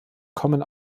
kommen